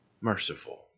merciful